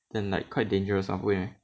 then like quite dangerous mah 不会 meh